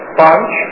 punch